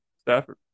Stafford